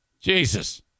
Jesus